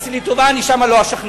תעשי לי טובה, אני שמה לא אשכנע.